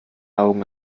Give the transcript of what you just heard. augen